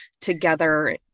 together